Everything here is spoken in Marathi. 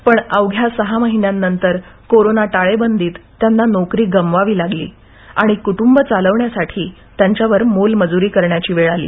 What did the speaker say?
पण अवघ्या सहा महिन्यांनंतर कोरोना टाळेबंदीत त्यांना नोकरी गमवावी लागली आणि कुटुंब चालवण्यासाठी त्यांच्यावर मोलमजुरी करण्याची वेळ आली